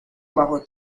bajo